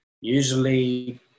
Usually